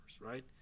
right